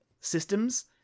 systems